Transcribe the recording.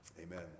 amen